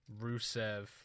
Rusev